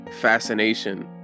fascination